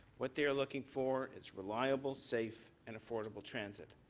what they're looking for it's reliable, safe and affordable transit.